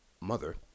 mother